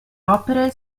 opere